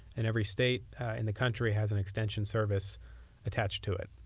and every state in the country has an extension service attached to it.